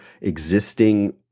existing